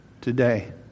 today